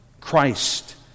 Christ